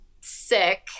sick